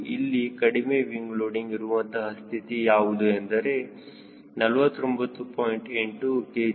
ಇಲ್ಲಿ ಕಡಿಮೆ wing loading ಇರುವಂತಹ ಸ್ಥಿತಿ ಯಾವುದು ಎಂದರೆ 49